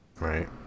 Right